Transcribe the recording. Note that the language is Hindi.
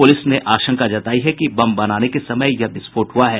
पुलिस ने आशंका जतायी है कि बम बनाने के समय यह विस्फोट हुआ है